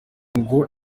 ngo